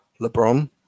LeBron